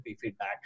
feedback